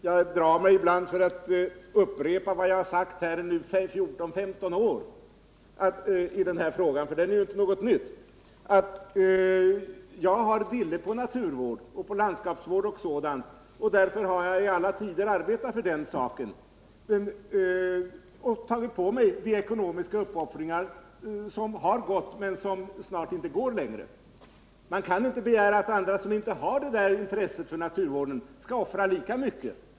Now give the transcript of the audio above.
Jag drar mig ibland för att upprepa vad jag sagt här i fjorton femton år i den här frågan. Den är nämligen inte ny. Jag har dille på naturvård, landskapsvård och sådant. Därför har jag i alla tider arbetat för den saken och tagit på mig de ekonomiska uppoffringarna. Det har gått hittills men snart går det inte längre. Man kan inte begära att andra som inte har ett sådant intresse för naturvård skall offra lika mycket.